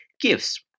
gifts